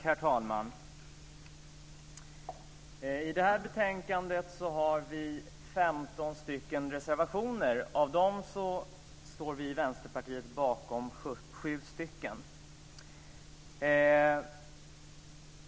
Herr talman! I detta betänkande finns det 15 reservationer. Av dem står vi i Vänsterpartiet bakom 7.